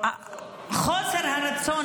--- חוסר הרצון.